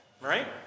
right